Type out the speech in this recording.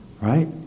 Right